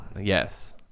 Yes